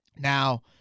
Now